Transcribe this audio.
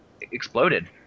exploded